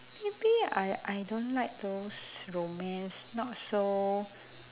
maybe I I don't like those romance not so